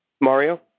Mario